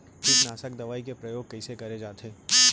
कीटनाशक दवई के प्रयोग कइसे करे जाथे?